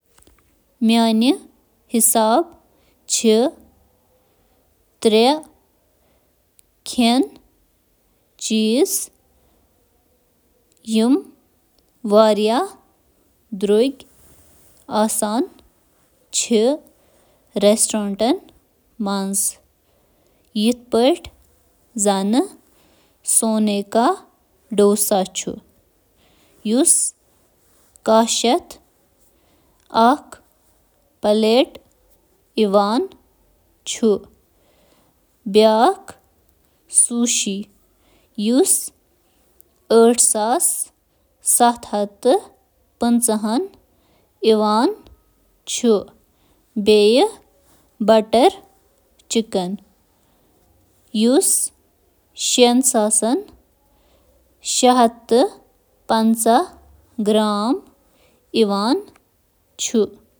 روگن josh. Yakhni lamb curry. Gushtaba. Aab gosh. بہٕ چھُس/چھَس یژھا.زٕ ہتھ, فی صد ہینٕچ وۄمید کرُن۔